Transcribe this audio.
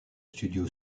studio